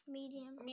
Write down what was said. medium